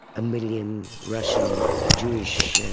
a million russian jewish